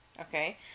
Okay